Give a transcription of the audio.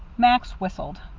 max whistled.